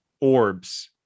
orbs